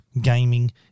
gaming